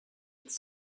its